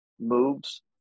moves